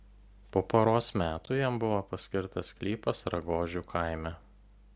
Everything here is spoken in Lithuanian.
po poros metų jam buvo paskirtas sklypas ragožių kaime